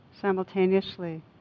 simultaneously